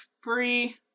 free